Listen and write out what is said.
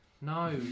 No